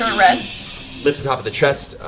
lift the top of the chest,